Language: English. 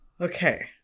okay